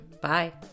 Bye